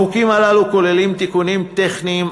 החוקים הללו כוללים תיקונים טכניים,